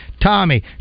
Tommy